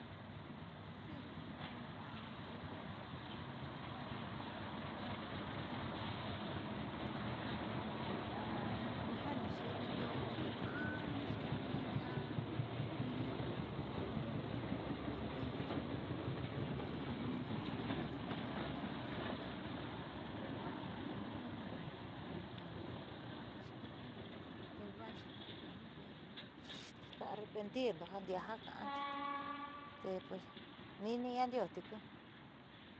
Va'a jaku ja ka'a meenni arrepentimiento ja porque kuja niixeedendo io maá jaaxe'edendo ndiaá kuundiuu tee ko in diuu te arrepentindo porque arrepentido quiere dios ka'a in ja ka'a tee va'a ja kuundo ju ndunka ka'ando ka'ando te vaaxi ingaka ja tee ka arrependindo jandiaá jiaa ka'ando nini yaandioo tiuku.